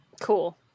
Cool